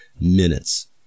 minutes